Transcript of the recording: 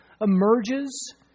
emerges